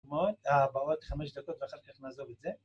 הבאות חמש דקות ואחר כך נעזוב את זה